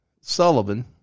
Sullivan